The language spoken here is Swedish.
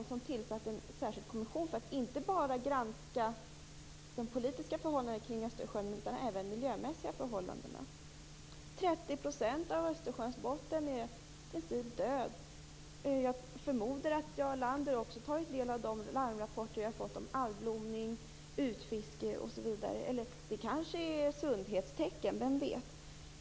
Han har ju tillsatt en särskild kommission som inte bara skall granska de politiska förhållandena kring Östersjön utan även de miljömässiga förhållandena. 30 % av Östersjöns botten är i princip död. Jag förmodar att också Jarl Lander tagit del av larmrapporterna om algblomning, utfiske osv. Eller är det sundhetstecken, kanske?